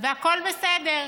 והכול בסדר.